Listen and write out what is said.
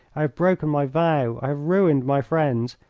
i have broken my vow, i have ruined my friends,